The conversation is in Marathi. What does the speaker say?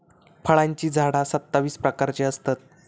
फळांची झाडा सत्तावीस प्रकारची असतत